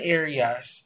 areas